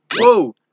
Whoa